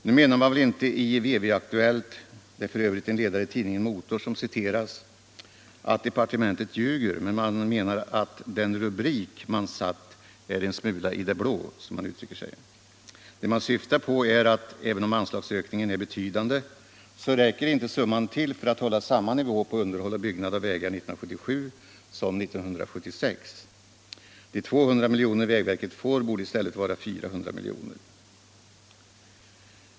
Nu menar man väl inte i VV-aktuellt — det är f. ö. en ledare i tidningen Motor som citeras — att departementet ljuger, men man menar att den rubrik som satts är en smula i det blå, som man uttrycker sig: Vad man syftar på är det faktum att även om anslagsökningen är betydande, så räcker inte det totala beloppet till för att hålla samma nivå på underhåll och byggnad av vägar 1977 som 1976. De 200 miljoner vägverket får borde i stället vara 400 miljoner.